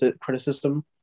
criticism